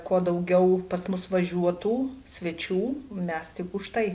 kuo daugiau pas mus važiuotų svečių mes tik tai